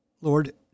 Lord